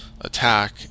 attack